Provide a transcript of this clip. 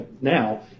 now